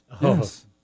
Yes